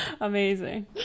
amazing